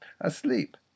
asleep